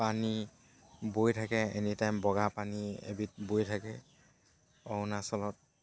পানী বৈ থাকে এনিটাইম বগা পানী এবিধ বৈ থাকে অৰুণাচলত